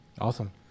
awesome